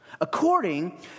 according